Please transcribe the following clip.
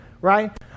right